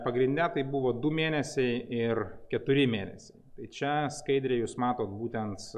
pagrinde tai buvo du mėnesiai ir keturi mėnesiai tai čia skaidrėj jūs matot būtent